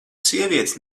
sievietes